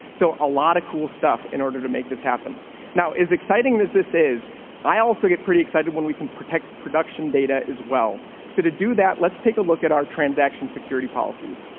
so a lot of cool stuff in order to make this happen now is exciting. this this is i also get pretty excited when we can protect production data is well, so to do that. let's take a look at our transaction security policies.